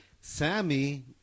sammy